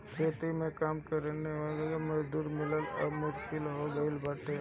खेती में काम करे वाला मजूर मिलल अब मुश्किल हो गईल बाटे